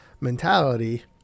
mentality –